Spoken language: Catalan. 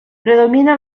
predomina